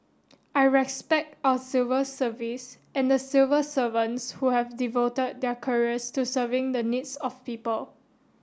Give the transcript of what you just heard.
I respect our civil service and the civil servants who have devoted their careers to serving the needs of people